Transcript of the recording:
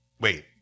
Wait